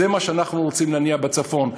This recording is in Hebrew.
זה מה שאנחנו רוצים להניע בצפון,